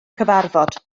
cyfarfod